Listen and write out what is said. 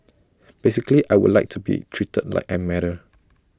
basically I would like to be treated like I matter